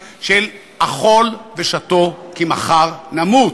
היא של "אכול ושתה כי מחר נמות",